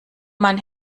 man